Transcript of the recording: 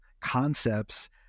concepts